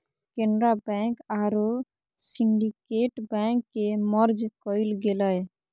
Canara bank आरो syndicate bank के merge कइल गेलय